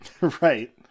Right